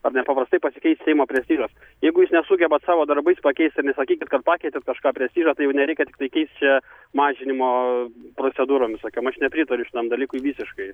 ar net paprastai pasikeis seimo prestižas jeigu jūs nesugebat savo darbais pakeist ir nesakykit kad pakeitėt kažką prestižą tai jau nereikia tiktai keist čia mažinimo procedūrom visokiom aš nepritariu šitam dalykui visiškai